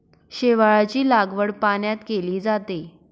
शेवाळाची लागवड पाण्यात केली जाते